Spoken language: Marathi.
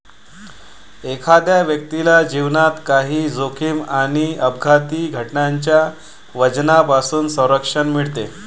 एखाद्या व्यक्तीला जीवनात काही जोखीम आणि अपघाती घटनांच्या वजनापासून संरक्षण मिळते